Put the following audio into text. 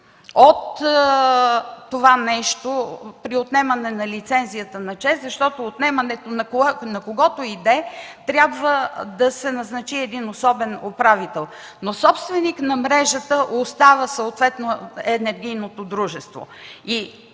от това – при отнемане на лицензията на ЧЕЗ, защото при отнемането, на когото и да е, трябва да се назначи един особен управител. Но собственик на мрежата остава съответно енергийното дружество.